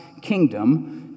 kingdom